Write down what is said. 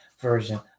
version